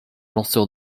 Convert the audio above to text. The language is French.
lanceur